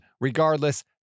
Regardless